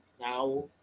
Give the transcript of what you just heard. now